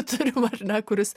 turim ar ne kuris